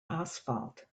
asphalt